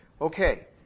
Okay